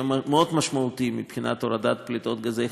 מאוד משמעותי מבחינת הורדת פליטת גזי החממה,